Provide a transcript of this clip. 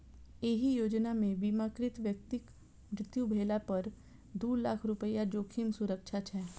एहि योजना मे बीमाकृत व्यक्तिक मृत्यु भेला पर दू लाख रुपैया जोखिम सुरक्षा छै